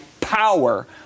power